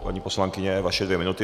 Paní poslankyně, vaše dvě minuty.